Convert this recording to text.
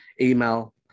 email